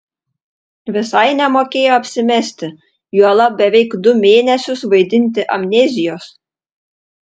visai nemokėjo apsimesti juolab beveik du mėnesius vaidinti amnezijos